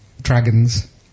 dragons